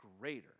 greater